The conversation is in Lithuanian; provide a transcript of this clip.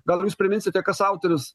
gal jūs priminsite kas autorius